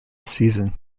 season